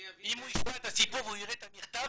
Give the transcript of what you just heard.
אם הוא ישמע את הסיפור ויראה את המכתב,